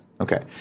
Okay